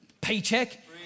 paycheck